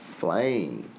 flame